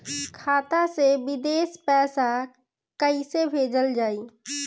खाता से विदेश पैसा कैसे भेजल जाई?